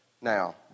now